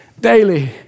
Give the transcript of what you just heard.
daily